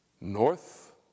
north